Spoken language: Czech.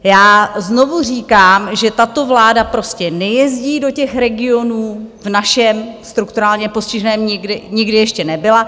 Já znovu říkám, že tato vláda prostě nejezdí do těch regionů, v našem strukturálně postiženém nikdy ještě nebyla.